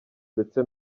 ndetse